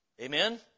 Amen